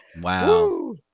Wow